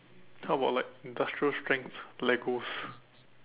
how about like industrial strength legos